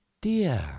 Dear